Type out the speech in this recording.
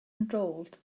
enrolled